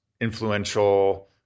influential